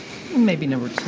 maybe number